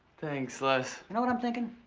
thanks like know what i'm thinking?